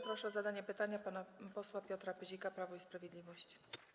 Proszę o zadanie pytania pana posła Piotra Pyzika, Prawo i Sprawiedliwość.